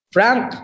Frank